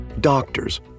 Doctors